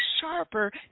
sharper